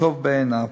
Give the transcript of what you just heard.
כטוב בעיניו,